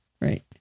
Right